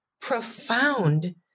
profound